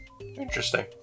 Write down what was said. Interesting